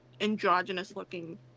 androgynous-looking